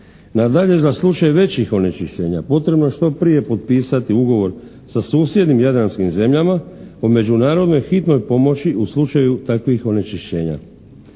Nadalje, za slučaj većih onečišćenja potrebno je što prije potpisati ugovor sa susjednim jadranskim zemljama o međunarodnoj hitnoj pomoći u slučaju takvih onečišćenja.